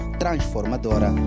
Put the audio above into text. transformadora